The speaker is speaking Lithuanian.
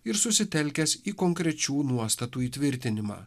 ir susitelkęs į konkrečių nuostatų įtvirtinimą